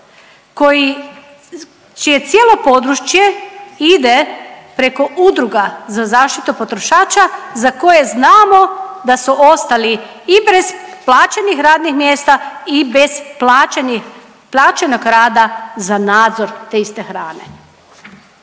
koji, čije cijelo područje ide preko udruga za zaštitu potrošača za koje znamo da su ostali i brez plaćenih radnih mjesta i bez plaćenih, plaćenog rada za nadzor te iste hrane,